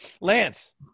Lance